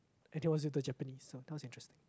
and it was with the Japanese so that was interesting